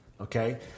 Okay